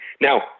Now